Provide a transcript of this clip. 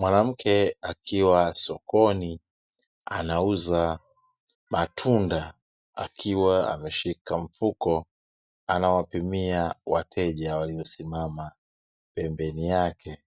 Mwanamke akiwa sokoni anauza matunda, akiwa ameshika mfuko anawapimia wateja waliosimama pembeni yake,